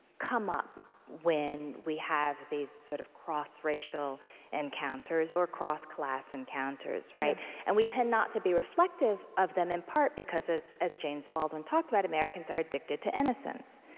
come up when we have these sort of cross-racial encounters or cross-class encounters. and we tend not to be reflective of them, in part because, as as james baldwin talked about, americans are addicted to innocence.